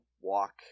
walk